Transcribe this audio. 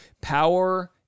Power